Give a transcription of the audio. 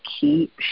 Keep